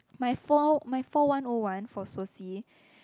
my four my four one O one for soci